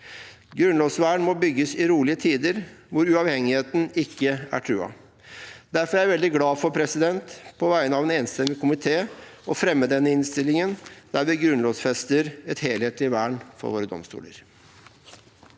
Grunnlovsvern må bygges i rolige tider, hvor uavhengigheten ikke er truet. Derfor er jeg veldig glad for, på vegne av en enstemmig komité, å fremme denne innstillingen, der vi grunnlovfester et helhetlig vern for våre domstoler.